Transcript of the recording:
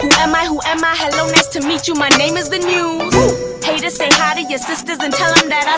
am i? who am i? hello, nice to meet you, my name is the news haters, say hi to your sisters, and tell them that